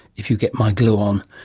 if you get my gluon.